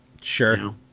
Sure